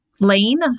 lane